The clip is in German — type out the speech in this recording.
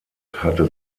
hatte